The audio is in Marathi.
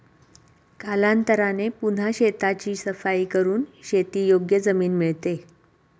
कालांतराने पुन्हा शेताची सफाई करून शेतीयोग्य जमीन मिळते